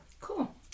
Cool